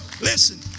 Listen